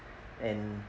and